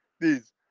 Please